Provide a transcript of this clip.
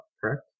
correct